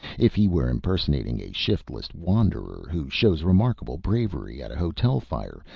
if he were impersonating a shiftless wanderer, who shows remarkable bravery at a hotel fire,